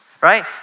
right